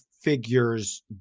figures